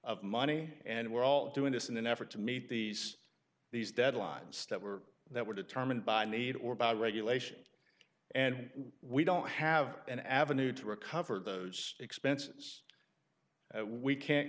of money and we're all doing this in an effort to meet these these deadlines that were that were determined by need or about regulation and we don't have an avenue to recover those expenses we can't